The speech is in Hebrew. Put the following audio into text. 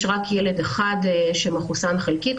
יש רק ילד אחד מחוסן חלקית.